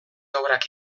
obrak